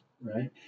right